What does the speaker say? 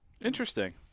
Interesting